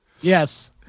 Yes